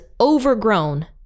overgrown